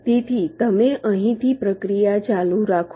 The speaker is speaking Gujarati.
તેથી તમે અહીંથી પ્રક્રિયા ચાલુ રાખો